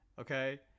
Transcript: okay